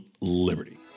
liberty